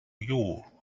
you